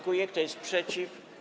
Kto jest przeciw?